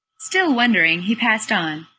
still wondering, he passed on,